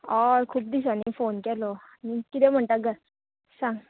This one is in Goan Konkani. हय खूब दिसांनी फोन केलो कितें म्हणटा सांग